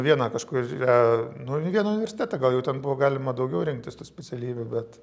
vieną kažkurią nu į vieną universitetą gal jau ten buvo galima daugiau rinktis tų specialybių bet